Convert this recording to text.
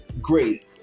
great